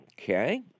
Okay